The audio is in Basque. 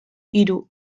hiru